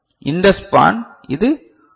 இந்த ஸ்பான் இது 2